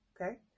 Okay